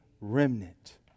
remnant